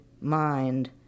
mind